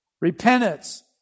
Repentance